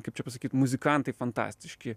kaip čia pasakyt muzikantai fantastiški